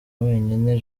wenyine